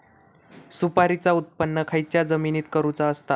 सुपारीचा उत्त्पन खयच्या जमिनीत करूचा असता?